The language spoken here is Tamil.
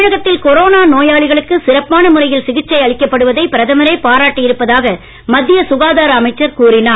தமிழகத்தில் கொரோனா நோயாளிகளுக்கு சிறப்பான முறையில் சிகிச்சை அளிக்கப்படுவதை பிரதமரே பாராட்டி இருப்பதாக மத்திய சுகாதார அமைச்சர் கூறினார்